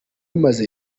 maze